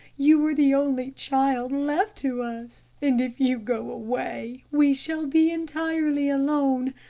you are the only child left to us and if you go away, we shall be entirely alone.